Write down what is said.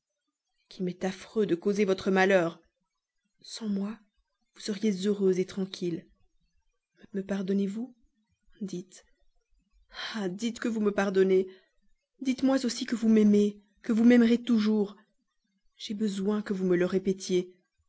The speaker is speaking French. qu'il m'est affreux de causer votre malheur sans moi vous seriez heureuse tranquille me pardonnez-vous dites ah dites que vous me pardonnez dites-moi aussi que vous m'aimez que vous m'aimerez toujours j'ai besoin que vous me le répétiez